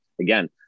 Again